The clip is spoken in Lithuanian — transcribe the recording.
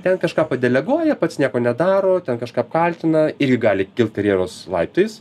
ten kažką padeleguoja pats nieko nedaro ten kažką apkaltina irgi gali kilt karjeros laiptais